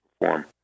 perform